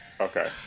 Okay